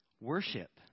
Worship